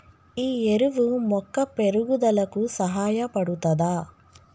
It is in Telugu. ఈ ఎరువు మొక్క పెరుగుదలకు సహాయపడుతదా?